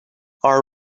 our